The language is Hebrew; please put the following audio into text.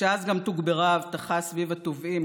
שאז גם תוגברה האבטחה סביב התובעים,